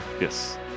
Yes